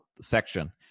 section